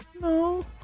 no